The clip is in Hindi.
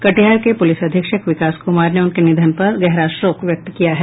कटिहार के पुलिस अधीक्षक विकास कुमार ने उनके निधन पर गहरा शोक व्यक्त किया है